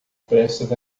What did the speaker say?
prestes